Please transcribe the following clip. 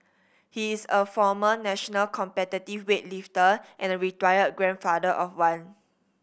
he is a former national competitive weightlifter and a retired grandfather of one